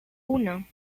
uno